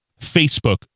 Facebook